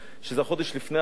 שזה חודש לפני האחרון.